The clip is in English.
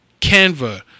Canva